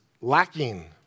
lacking